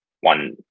one